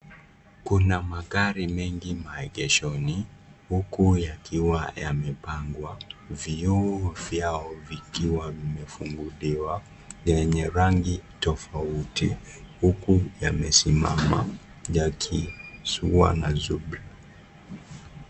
Kuna magari mengi maegeshoni huku yakiwa yamepangwa. Vioo vyao vikiwa vimefunguliwa yenye rangi tofauti huku yamesimama yakizua na zub .